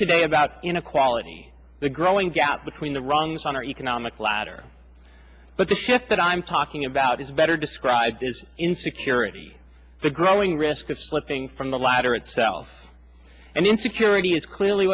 today about inequality the growing gap between the rungs on our economic ladder but the shift that i'm talking about is better described as insecurity the growing risk of slipping from the ladder itself and insecurity is clearly